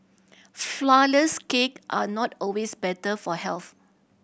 flourless cake are not always better for health